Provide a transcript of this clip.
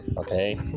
Okay